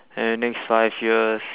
in the next five years